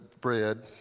bread